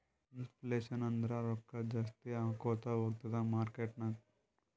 inflation ಅಂದುರ್ ರೊಕ್ಕಾ ಜಾಸ್ತಿ ಆಕೋತಾ ಹೊತ್ತುದ್ ಮಾರ್ಕೆಟ್ ನಾಗ್